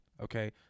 okay